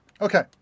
Okay